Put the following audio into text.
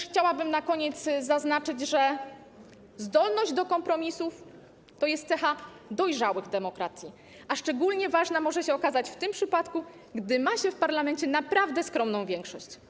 Chciałabym też na koniec zaznaczyć, że zdolność do kompromisów to jest cecha dojrzałych demokracji, a szczególnie ważna może się okazać w tym przypadku, gdy ma się w parlamencie naprawdę skromną większość.